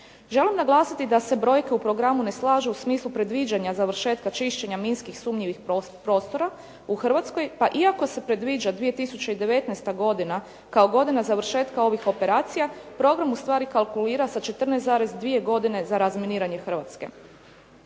Želim naglasiti da se brojke u programu ne slažu u smislu predviđanja završetka čišćenja minski sumnjivih prostora u Hrvatskoj, pa iako se predviđa 2019. godina kao godina završetka ovih operacija, program ustvari kalkulira sa 14,2 godine za razminiranje Hrvatske.